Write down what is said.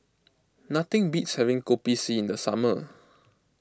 nothing beats having Kopi C in the summer